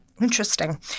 Interesting